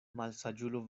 malsaĝulo